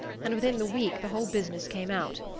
and within the week the whole business came out.